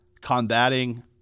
combating